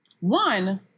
One